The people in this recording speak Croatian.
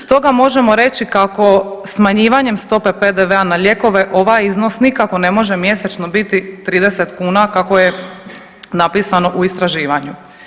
Stoga možemo reći kako smanjivanje stopa PDV-a na lijekove ovaj iznos nikako ne može mjesečno biti 30 kuna, kako je napisano u istraživanju.